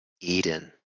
Eden